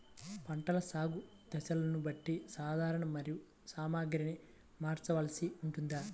పంటల సాగు దశలను బట్టి సాధనలు మరియు సామాగ్రిని మార్చవలసి ఉంటుందా?